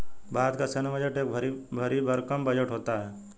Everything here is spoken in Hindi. भारत का सैन्य बजट एक भरी भरकम बजट होता है